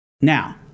Now